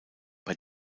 bei